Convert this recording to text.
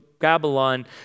Babylon